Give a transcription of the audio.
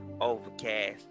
Overcast